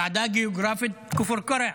ועדה גיאוגרפית לכפר קרע.